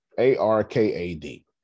A-R-K-A-D